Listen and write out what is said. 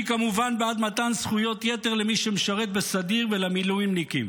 אני כמובן בעד מתן זכויות יתר למי שמשרת בסדיר ולמילואימניקים,